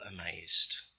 amazed